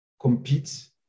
compete